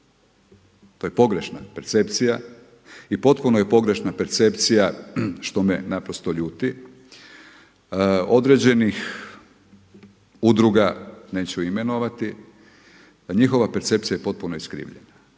To je pogrešna percepcija i potpuno je pogrešna percepcija što me naprosto ljuti određenih udruga, neću imenovati, njihova percepcija je potpuno iskrivljena.